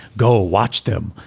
go watch them,